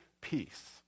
peace